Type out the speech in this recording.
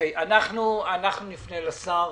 אנחנו נפנה לשר.